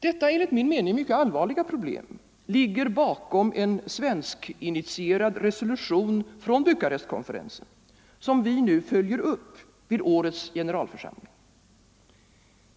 Detta enligt min mening mycket allvarliga problem ligger bakom en svenskinitierad resolution från Bukarestkonferensen, som vi nu följer upp vid årets generalförsamling.